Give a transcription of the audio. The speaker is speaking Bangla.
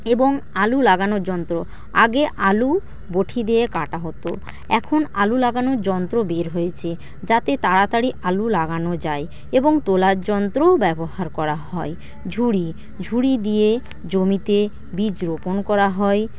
এবং আলু লাগানোর যন্ত্র আগে আলু বঠি দিয়ে কাটা হত এখন আলু লাগানোর যন্ত্র বের হয়েছে যাতে তাড়াতাড়ি আলু লাগানো যায় এবং তোলার যন্ত্রও ব্যবহার করা হয় ঝুড়ি ঝুড়ি দিয়ে জমিতে বীজ রোপণ করা হয়